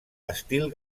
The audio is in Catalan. estil